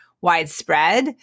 widespread